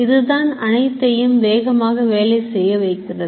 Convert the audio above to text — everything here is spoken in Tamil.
இது தான் அனைத்தையும் வேகமாக வேலை செய்ய வைக்கிறது